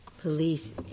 police